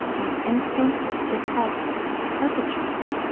an instinct to protect the perpetrator.